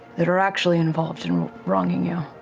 that are actually involved in wronging you?